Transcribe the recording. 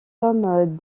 homme